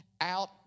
out